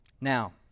Now